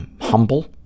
humble